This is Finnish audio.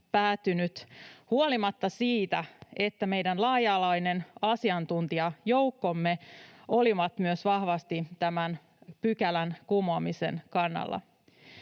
huolimatta siitä, että meidän laaja-alainen asiantuntijajoukkomme oli myös vahvasti tämän pykälän kumoamisen kannalla.